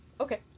okay